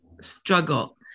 struggle